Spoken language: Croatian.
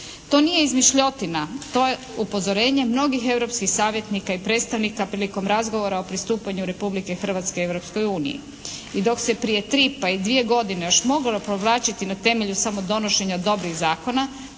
To nije izmišljotina, to je upozorenje mnogih europskih savjetnika i predstavnika prilikom razgovora o pristupanju Republike Hrvatske Europskoj uniji. I dok se prije 3, pa i 2 godine još moglo provlačiti na temelju samo donošenja dobrih zakona